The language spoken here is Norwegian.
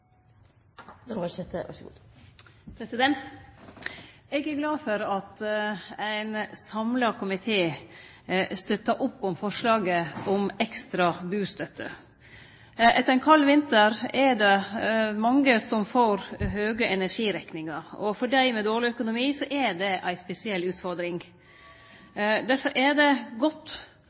er glad for at ein samla komité støttar opp om forslaget om ekstra bustøtte. Etter ein kald vinter er det mange som får høge energirekningar, og for dei med dårleg økonomi er det ei spesiell utfordring. Difor er det godt